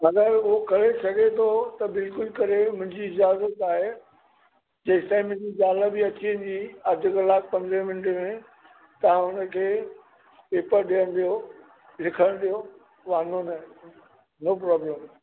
अगरि उहो करे सघे थो त बिल्कुलु करे मुंहिंजी इत आहे जेसिताईं मुंजी ज़ाल बि अची वेंदी अधि कलाकु पंदरहें मिंटे में तव्हां हुन खे पेपर ॾियणु ॾियो लिखणु ॾियो वांदो न वेहे ओ प्रोब्लम